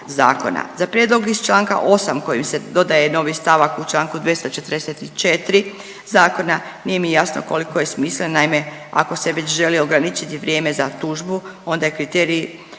Za prijedlog iz članka 8. kojem se dodaje novi stavak u članku 244. zakona nije mi jasno koliki je smisao, naime ako se već želi ograničiti vrijeme za tužbu onda je kriterij,